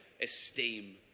esteem